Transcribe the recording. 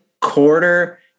quarter